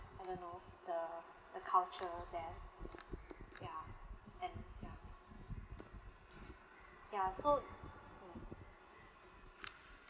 I don't know the the culture there ya and ya ya so